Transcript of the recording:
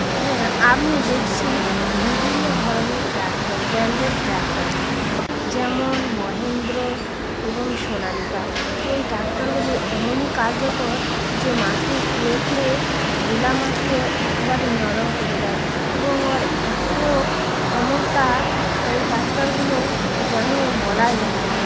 হ্যাঁ আমি দেখছি বিভিন্ন ধরনের ট্র্যাক্টার ব্র্যান্ডেড ট্র্যাক্টারগুলি যেমন মহেন্দ্র এবং সোনালিকা ওই ট্র্যাক্টারগুলি এমনই কার্যকর যে মাটি খুঁড়ে খুঁড়ে ঢেলা মাটিও একবারেই নরম করে দেয় এবং ওর এতো ক্ষমতা ওই ট্র্যাক্টারগুলো যেন বলাই যায় না